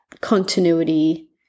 continuity